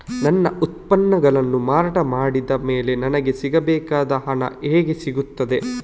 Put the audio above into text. ನನ್ನ ಉತ್ಪನ್ನಗಳನ್ನು ಮಾರಾಟ ಮಾಡಿದ ಮೇಲೆ ನನಗೆ ಸಿಗಬೇಕಾದ ಹಣ ಹೇಗೆ ಸಿಗುತ್ತದೆ?